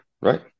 right